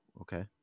okay